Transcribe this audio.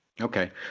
Okay